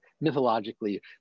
mythologically